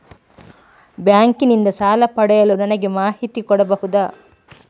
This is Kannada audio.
ಬ್ಯಾಂಕ್ ನಿಂದ ಸಾಲ ಪಡೆಯಲು ನನಗೆ ಮಾಹಿತಿ ಕೊಡಬಹುದ?